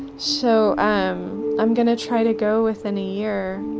so i'm going to try to go within a year.